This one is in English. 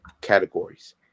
categories